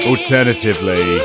Alternatively